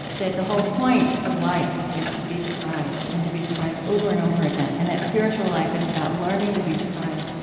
that the whole point of life is to be surprised and to be surprised over and over again and that spiritual life is about learning to be surprised.